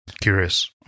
curious